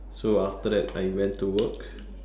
so after that I went to work